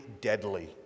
deadly